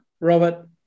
Robert